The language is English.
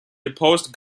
deposed